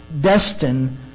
destined